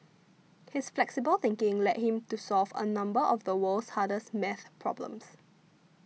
his flexible thinking led him to solve a number of the world's hardest math problems